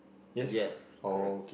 yes correct